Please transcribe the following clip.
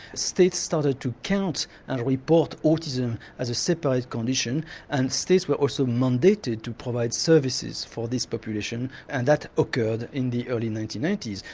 states started to count and report autism as a separate condition and states were also mandated to provide services for this population and that occurred in the early nineteen ninety s.